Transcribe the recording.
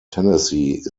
tennessee